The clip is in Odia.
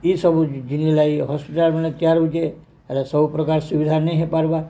ଏଇସବୁ ଜିନ୍ ଲାଗି ହସ୍ପିଟାଲ୍ମାନେ ତିଆରି ହେଉଛେ ହେଲେ ସବୁପ୍ରକାର ସୁବିଧା ନାଇଁ ହେଇପାର୍ବା